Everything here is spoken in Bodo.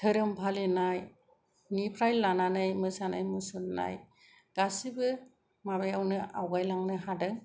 धोरोम फालिनायनिफ्राय लानानै मोसानाय मुसुरनाय गासिबो माबायावनो आवगायलांनो हादों